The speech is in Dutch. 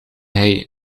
hij